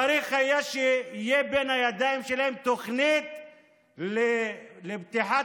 צריך שתהיה בידיים שלהם תוכנית לפתיחת